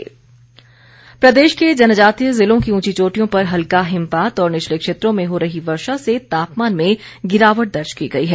मौसम प्रदेश के जनजातीय जिलों की ऊंची चोटियों पर हल्का हिमपात और निचले क्षेत्रों में हो रही वर्षा से तापमान में गिरावट दर्ज की गई है